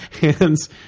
hands